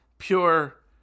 Pure